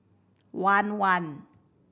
one one